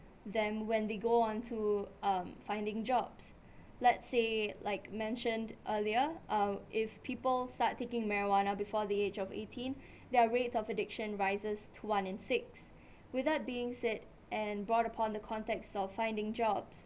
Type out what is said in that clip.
them when they go on to um finding jobs let's say like mentioned earlier uh if people start taking marijuana before the age of eighteen their rate of addiction rises to one in six without being said and brought upon the context of finding jobs